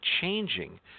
changing